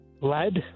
Lead